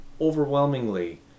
overwhelmingly